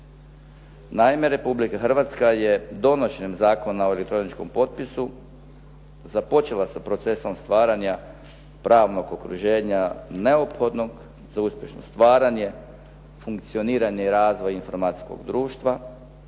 Naime, Republika Hrvatska je donošenjem Zakona o elektroničkom potpisu započela sa procesom stvaranja pravnog okruženja neophodnog za uspješno stvaranje, funkcioniranje i razvoj informatičkog društva,